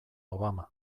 obama